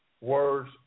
words